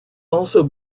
also